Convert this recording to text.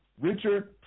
Richard